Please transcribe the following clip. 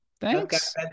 thanks